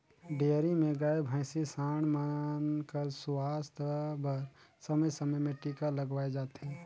dairy में गाय, भइसी, सांड मन कर सुवास्थ बर समे समे में टीका लगवाए जाथे